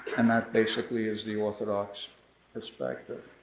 and that basically is the orthodox perspective.